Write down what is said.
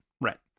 right